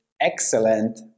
excellent